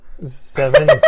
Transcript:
Seven